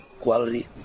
quality